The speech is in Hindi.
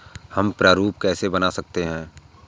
हम प्रारूप कैसे बना सकते हैं?